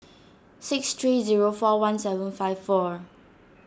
six three zero four one seven five four